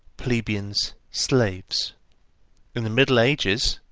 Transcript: plebeians, slaves in the middle ages,